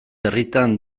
herritan